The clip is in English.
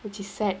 which is sad